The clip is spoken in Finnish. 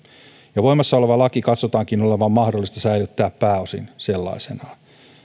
jo voimassa oleva laki katsotaankin olevan mahdollista säilyttää pääosin sellaisenaan